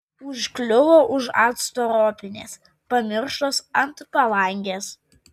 užkliuvo už acto ropinės pamirštos ant palangės